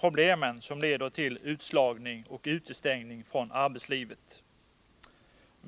problem som leder till utslagning och utestängning från arbetslivet.